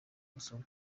masomo